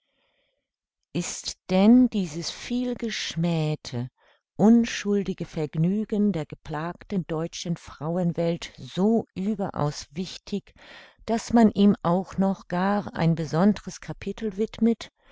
ist denn dieses vielgeschmähte unschuldige vergnügen der geplagten deutschen frauenwelt so überaus wichtig daß man ihm auch noch gar ein besondres kapitel widmet